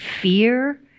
fear